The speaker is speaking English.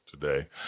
today